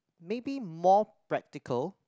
maybe more practical